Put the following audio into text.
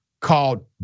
called